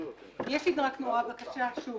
יש לי רק בקשה שוב,